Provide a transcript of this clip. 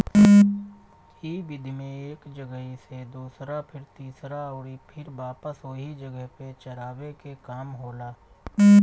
इ विधि में एक जगही से दूसरा फिर तीसरा अउरी फिर वापस ओही जगह पे चरावे के काम होला